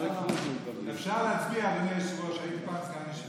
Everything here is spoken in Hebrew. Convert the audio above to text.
אפשר להצביע, אדוני היושב-ראש.